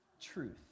truth